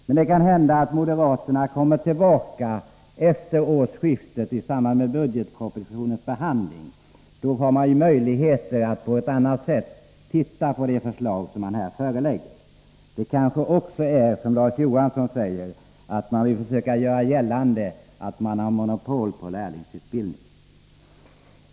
Men det kan hända att moderaterna kommer tillbaka i samband med budgetpropositionens behandling efter årsskiftet. Då har man ju på ett annat sätt möjlighet att granska det förslag som man här föreläggs. Det kanske också, som Larz Johansson sade, är så att moderaterna vill försöka göra gällande att de har monopol på lärlingsutbildning.